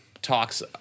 talks